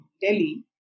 Delhi